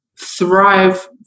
thrive